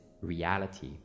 reality